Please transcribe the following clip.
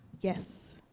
Yes